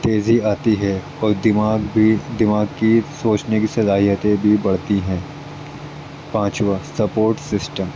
تیزی آتی ہے اور دماغ بھی دماغ کی سوچنے کی صلاحیتیں بھی بڑھتی ہیں پانچواں سپوٹ سسٹم